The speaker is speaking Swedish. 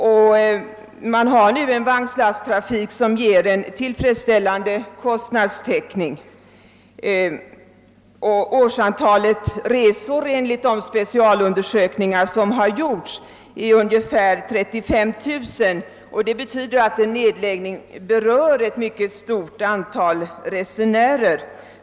Man har också nu en vagnslasttrafik som ger en tillfredsställande kostnadstäckning. Årsantalet resor enligt gjorda specialundersökningar är ungefär 35 000, vilket betyder att en nedläggning berör ett mycket stort antal resenärer.